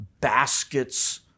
baskets